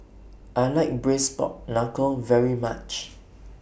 I like Braised Pork Knuckle very much